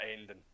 ending